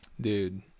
Dude